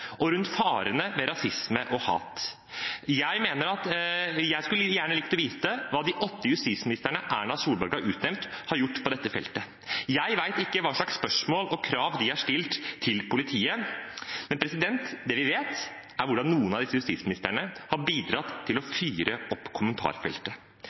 rundt farene med rasisme og hat. Jeg skulle gjerne likt å vite hva de åtte justisministrene Erna Solberg har utnevnt, har gjort på dette feltet. Jeg vet ikke hva slags spørsmål og krav de har stilt til politiet, men det vi vet, er hvordan noen av disse justisministrene har bidratt til å